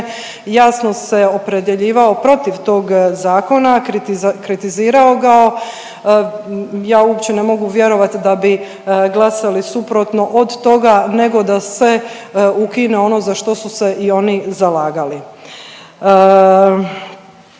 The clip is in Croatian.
jasno se opredjeljivao protiv tog zakona, kritizirao ga. Ja uopće ne mogu vjerovati da bi glasali suprotno od toga nego da se ukine ono za što su se i oni zalagali.